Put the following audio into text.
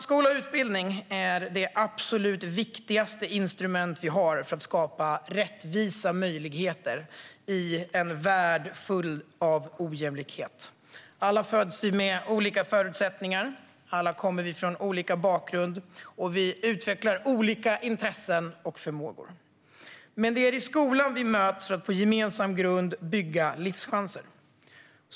Skola och utbildning är det absolut viktigaste instrument vi har för att skapa rättvisa möjligheter i en värld full av ojämlikhet. Alla föds vi med olika förutsättningar. Alla har vi olika bakgrund, och vi utvecklar olika intressen och förmågor. Men det är i skolan vi möts för att på gemensam grund bygga livschanser.